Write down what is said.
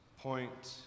point